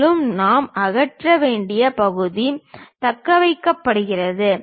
மேலும் நாம் அகற்ற வேண்டிய பகுதி தக்கவைக்கப்படுகிறது